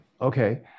Okay